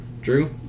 Drew